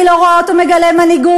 אני לא רואה אותו מגלה מנהיגות,